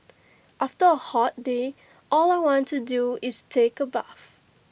after A hot day all I want to do is take A bath